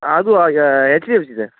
அதுவா HDFC sir